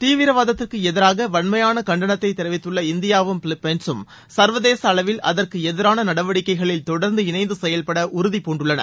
தீவிரவாதத்திற்கு எதிராக வன்மையான கண்டனத்தை தெரிவித்துள்ள இந்தியாவும் பிலிப்பைன்சும் சர்வதேச அளவில் அதற்கு எதிரான நடவடிக்கைகளில் தொடர்ந்து இணைந்து செயல்பட உறுதி பூண்டுள்ளன